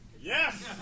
Yes